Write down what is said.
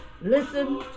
listen